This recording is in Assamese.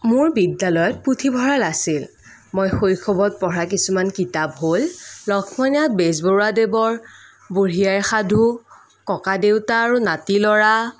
মোৰ বিদ্যালয়ত পুথিভঁৰাল আছিল মই শৈশৱত পঢ়া কিছুমান কিতাপ হ'ল লক্ষ্মীনাথ বেজবৰুৱা দেৱৰ বুঢ়ী আইৰ সাধু ককা দেউতা আৰু নাতি ল'ৰা